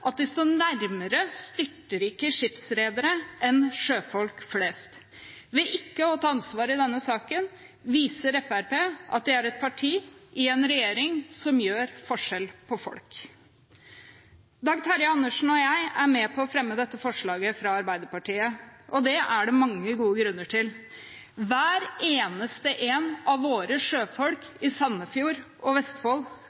at de står nærmere styrtrike skipsredere enn sjøfolk flest. Ved ikke å ta ansvar i denne saken viser Fremskrittspartiet at de er et parti i en regjering som gjør forskjell på folk. Representanten Dag Terje Andersen og jeg er med på å fremme dette forslaget fra Arbeiderpartiet, og det er det mange gode grunner til. Hver eneste én av våre